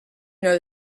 know